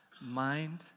mind